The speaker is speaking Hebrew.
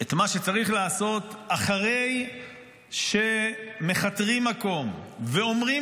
את מה שצריך לעשות אחרי שמכתרים מקום ואומרים